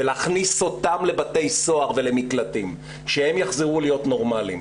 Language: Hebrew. ולהכניס אותם לבתי סוהר ולמקלטים כשהם יחזרו להיות נורמליים.